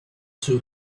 two